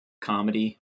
comedy